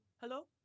Hello